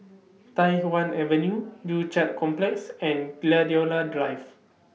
Tai Hwan Avenue Joo Chiat Complex and Gladiola Drive